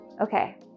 Okay